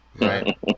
Right